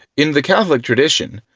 in the catholic tradition,